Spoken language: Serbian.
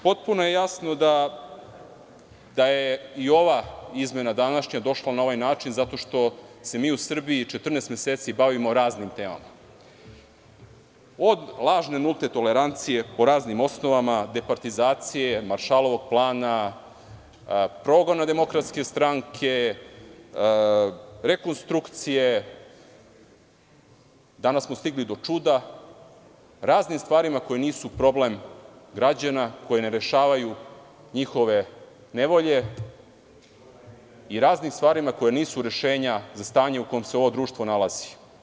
Potpuno je jasno da je i ova izmena današnja došla na ovaj način zato što se mi u Srbiji 14 meseci bavimo raznim temama, od lažne nulte tolerancije po raznim osnovama, departizacije, Maršalovog plana, progona DS, rekonstrukcije, a danas smo stigli i do čuda, raznim stvarima koje nisu problem građana, koje ne rešavaju njihove nevolje i raznim stvarima koja nisu rešenja za stanje u kom se ovo društvo nalazi.